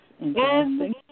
interesting